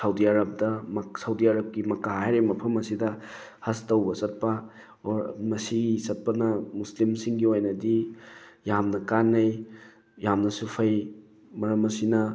ꯁꯥꯎꯗ ꯑꯥꯔꯕꯇ ꯁꯥꯎꯗ ꯑꯥꯔꯕꯀꯤ ꯃꯀꯥ ꯍꯥꯏꯔꯤꯕ ꯃꯐꯝ ꯑꯁꯤꯗ ꯍꯖ ꯇꯧꯕ ꯆꯠꯄ ꯑꯣꯔ ꯃꯁꯤ ꯆꯠꯄꯅ ꯃꯨꯁꯂꯤꯝꯁꯤꯡꯒꯤ ꯑꯣꯏꯅꯗꯤ ꯌꯥꯝꯅ ꯀꯥꯟꯅꯩ ꯌꯥꯝꯅꯁꯨ ꯐꯩ ꯃꯔꯝ ꯑꯁꯤꯅ